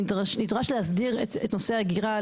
נדרש להסדיר את נושא האגירה,